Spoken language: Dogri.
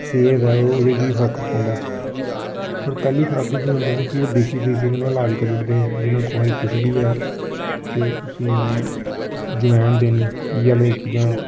सेह्त ऐ ओह् ओह्दे च बी फर्क पौंदा ऐ होर पैह्ली खराकें च एह् होंदा ही कि ओह् देसी तरीके कन्नै गै इलाज करी ओड़दे हे जिन्ना कुसै गी कुछ बी है ते उस्सी जवैन देनी इ'यै लेई चीजां